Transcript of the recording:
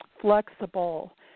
flexible